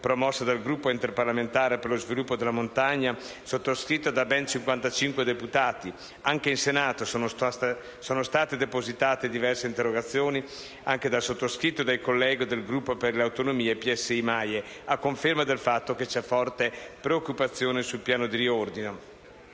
promossa dal Gruppo interparlamentare per lo sviluppo della montagna e sottoscritta da ben 55 deputati. Anche in Senato sono state depositate diverse interrogazioni, anche dal sottoscritto, dai colleghi del Gruppo per le Autonomie (SVP, UV, PATT, UPT)-PSI-MAIE, a conferma del fatto che c'è forte preoccupazione sul piano di riordino.